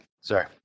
sorry